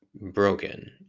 broken